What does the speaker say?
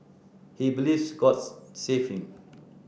he believes God saved him